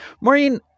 Maureen